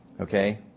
Okay